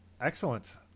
Excellent